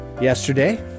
Yesterday